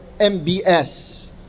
MBS